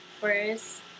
first